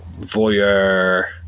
voyeur